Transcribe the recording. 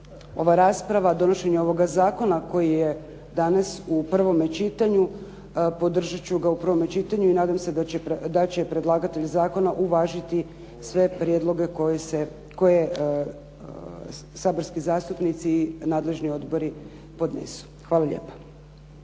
ova rasprava, donošenje ovoga zakona koji je danas u prvome čitanju, podržat ću ga u prvome čitanju i nadam se da će predlagatelj zakona uvažiti sve prijedloge koje saborski zastupnici i nadležni odbori podnesu. Hvala lijepo.